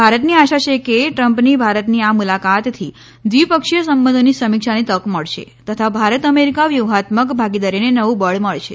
ભારતને આશા છે કે શ્રી ટ્રમ્પની ભારતની આ મુલાકાતથી દ્વિપક્ષીય સંબંધોની સમીક્ષાની તક મળશે તથા ભારત અમેરિકા વ્યુહાત્મક ભાગીદારીને નવું બળ મળશે